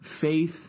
faith